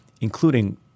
including